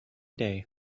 day